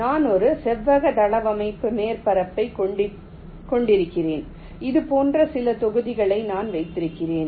நான் ஒரு செவ்வக தளவமைப்பு மேற்பரப்பைக் கொண்டிருக்கிறேன் இது போன்ற சில தொகுதிகளை நான் வைத்திருக்கிறேன்